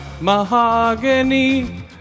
Mahogany